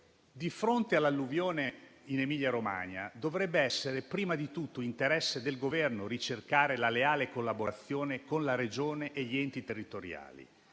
Di fronte all'alluvione in Emilia-Romagna, dovrebbe essere prima di tutto interesse del Governo ricercare la leale collaborazione con la Regione e gli enti territoriali,